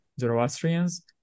Zoroastrians